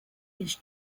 its